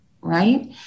Right